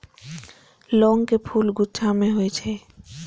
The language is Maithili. लौंग के फूल गुच्छा मे होइ छै